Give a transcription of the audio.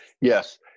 Yes